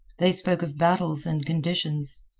they spoke of battles and conditions.